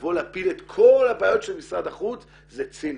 לבוא ולהפיל את כל הבעיות של משרד החוץ זה ציני.